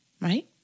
right